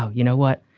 you know what?